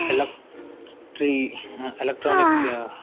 ఎలక్ట్రి electronic